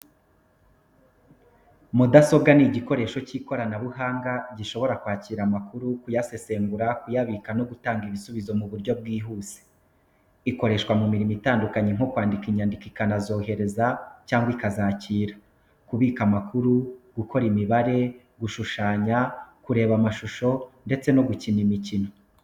Mudasobwa ni igikoresho cy'ikoranabuhanga gishobora kwakira amakuru, kuyasesengura, kuyabika no gutanga ibisubizo mu buryo bwihuse. Ikoreshwa mu mirimo itandukanye nko kwandika inyandiko ikanazohereza cyangwa ikazakira, kubika amakuru, gukora imibare, gushushanya, kureba amashusho, ndetse no gukina imikino.